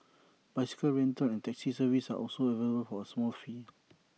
bicycle rental and taxi services are also available for A small fee